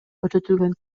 көрсөтүлгөн